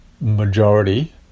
majority